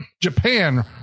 Japan